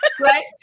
Right